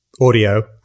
audio